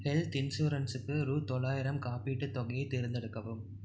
health இன்சூரன்ஸுக்கு ரூ தொள்ளாயிரம் காப்பீட்டுத் தொகையை தேர்ந்தெடுக்கவும்